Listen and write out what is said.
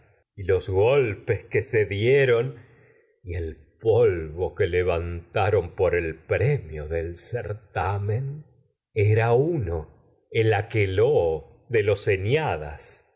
y los golpes que se dieron y el polvo uno levantaron de por el premio del certamen río en era el aqueloo con los